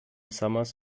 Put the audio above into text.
summers